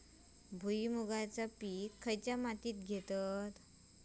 भुईमुगाचा पीक खयच्या मातीत घेतत?